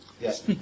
Yes